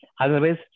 Otherwise